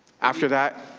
after that,